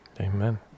Amen